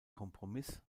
kompromiss